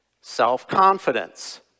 self-confidence